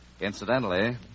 Incidentally